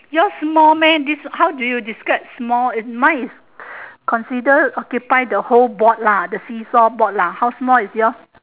your's small meh this how do you describe small is mine is considered occupied the whole board lah the see-saw board lah how small is yours